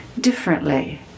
differently